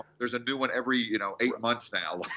there's a new one every you know eight months now.